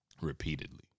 Repeatedly